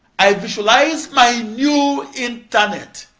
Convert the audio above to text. i visualized my new internet